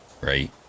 right